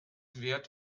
wärt